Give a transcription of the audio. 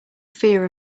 fear